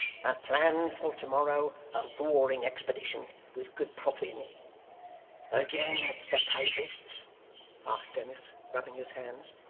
have planned for to-morrow a roaring expedition, with good profit in it again the papists asked dennis, rubbing his hands.